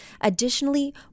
Additionally